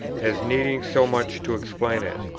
as needing so much to explain it,